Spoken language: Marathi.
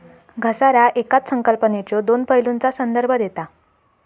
घसारा येकाच संकल्पनेच्यो दोन पैलूंचा संदर्भ देता